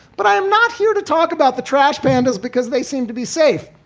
but i'm not here to talk about the trash pandas because they seem to be safe.